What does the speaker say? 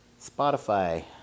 Spotify